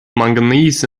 manganese